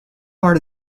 part